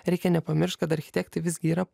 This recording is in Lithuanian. reikia nepamiršt kad architektai visgi yra